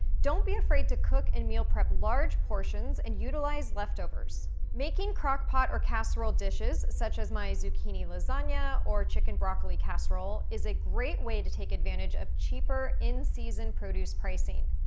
don't be afraid to cook and meal prep large portions and utilize leftovers. making crock-pot or casserole dishes, such as my zucchini lasagna or chicken broccoli casserole, is a great way to take advantage of cheaper in-season produce pricing.